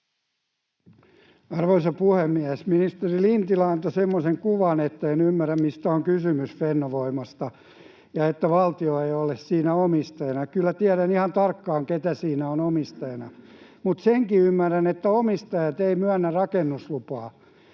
Arvoisa puhemies! Ministeri Lintilä antoi semmoisen kuvan, että en ymmärtäisi, mistä on kysymys Fennovoimassa ja että valtio ei ole siinä omistajana. Kyllä tiedän ihan tarkkaan, keitä siinä on omistajina. Mutta senkin ymmärrän, että omistajat eivät myönnä rakennuslupaa.